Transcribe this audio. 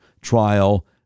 trial